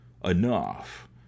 enough